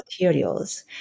materials